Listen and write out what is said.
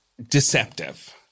Deceptive